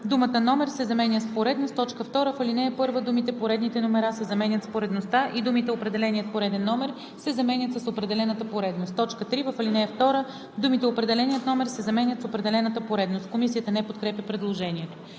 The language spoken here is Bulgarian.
думата „номер“ се заменя с „поредност“. 2. В ал. 1 думите „Поредните номера“ се заменят с „Поредността“ и думите „Определеният пореден номер“ се заменят с „Определената поредност“. 3. В ал. 2 думите „определения номер“ се заменят с „определената поредност“.“ Комисията не подкрепя предложението.